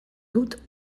dut